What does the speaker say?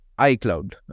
iCloud